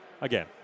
again